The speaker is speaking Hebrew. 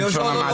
בלשון המעטה.